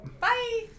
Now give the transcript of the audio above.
bye